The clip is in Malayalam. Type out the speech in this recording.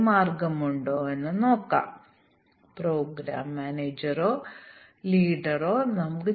ഇനി നമുക്ക് ബോട്ടം അപ്പ് ഇന്റേഗ്രേഷൻ സാങ്കേതികത നോക്കാം